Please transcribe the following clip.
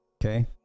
okay